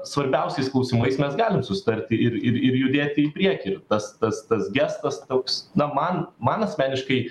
svarbiausiais klausimais mes galim susitarti ir ir ir judėti į priekį tas tas tas gestas toks na man man asmeniškai